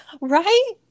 right